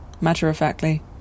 matter-of-factly